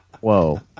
Whoa